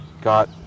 got